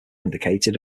indicated